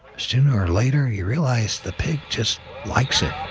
sooner or later, you realize the pig just likes it.